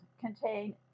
contain